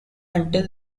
until